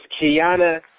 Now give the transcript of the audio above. Kiana